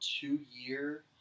two-year